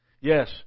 yes